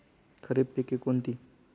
खरीप पिके कोणती?